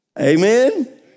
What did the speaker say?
Amen